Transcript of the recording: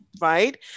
right